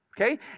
okay